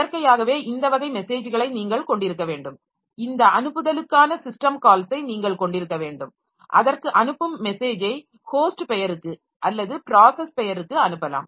இயற்கையாகவே இந்த வகை மெசேஜ்களை நீங்கள் கொண்டிருக்க வேண்டும் இந்த அனுப்புதலுக்கான சிஸ்டம் கால்ஸை நீங்கள் கொண்டிருக்க வேண்டும் அதற்கு அனுப்பும் மெசேஜை ஹோஸ்ட் பெயருக்கு அல்லது ப்ராஸஸ் பெயருக்கு அனுப்பலாம்